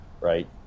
right